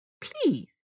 Please